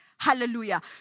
Hallelujah